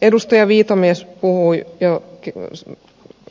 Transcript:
edustaja viitamies